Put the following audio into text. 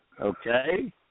Okay